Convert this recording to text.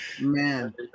Man